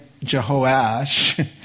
Jehoash